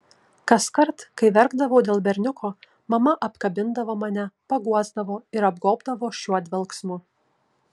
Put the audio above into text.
kaskart kai verkdavau dėl berniuko mama apkabindavo mane paguosdavo ir apgobdavo šiuo dvelksmu